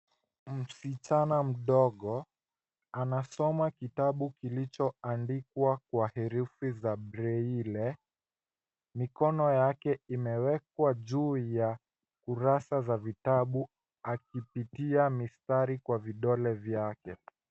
Msichana mdogo ansoma kitabu kilichoandikwa kwa herufi za breile mikono yake imewekwa juu ya kurasa za vitabu akipitia mistari kwa vidole vyake.